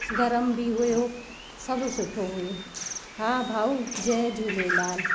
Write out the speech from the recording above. गरम बि हुओ सभु सुठो हुओ हा भाऊ जय झूलेलाल